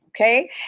Okay